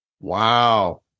Wow